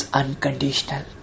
unconditional